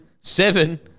Seven